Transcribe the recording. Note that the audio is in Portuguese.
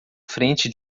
frente